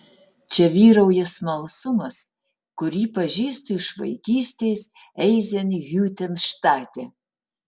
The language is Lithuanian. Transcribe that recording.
čia vyrauja smalsumas kurį pažįstu iš vaikystės eizenhiutenštate